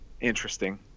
interesting